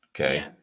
Okay